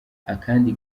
akandi